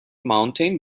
mountain